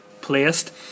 placed